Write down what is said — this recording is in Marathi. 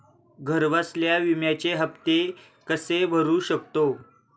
घरबसल्या विम्याचे हफ्ते कसे भरू शकतो?